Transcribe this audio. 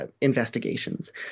investigations